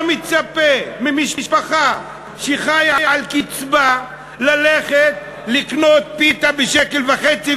אתה מצפה ממשפחה שחיה על קצבה ללכת לקנות פיתה בשקל וחצי?